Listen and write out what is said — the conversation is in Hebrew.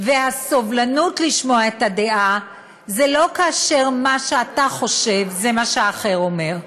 והסובלנות לשמוע את הדעה זה לא כאשר מה שאתה חושב זה מה שהאחר אומר.